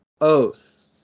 oath